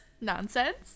nonsense